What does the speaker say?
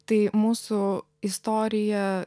tai mūsų istorija